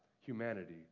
humanity